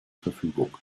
verfügung